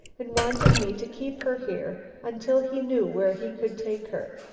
and wanted me to keep her here until he knew where he could take her.